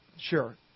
sure